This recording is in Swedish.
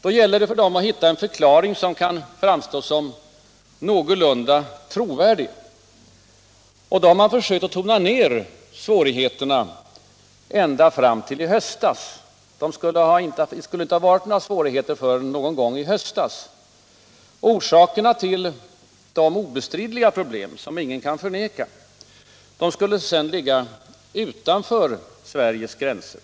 Då gäller det för dem att hitta en förklaring som kan framstå som någorlunda trovärdig, och då har man försökt tona ner svårigheterna ända fram till i höstas. Det skulle inte ha förekommit några svårigheter förrän någon gång under hösten. Orsakerna till de obestridliga problemen — dessa kan inte förnekas — skulle ligga utanför Sveriges gränser.